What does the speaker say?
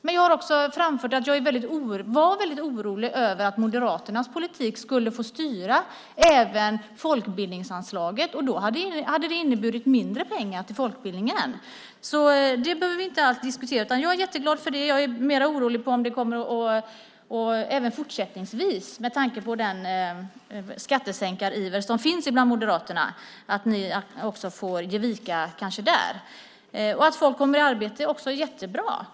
Men jag har också framfört att jag var orolig över att Moderaternas politik skulle få styra även folkbildningsanslaget. Det skulle ha inneburit mindre pengar till folkbildningen. Det behöver vi inte alls diskutera, utan jag är jätteglad för det här. Men med tanke på den skattesänkariver som även fortsättningsvis finns bland Moderaterna är jag mer orolig för att ni ska få ge vika där. Det är jättebra att folk kommer i arbete.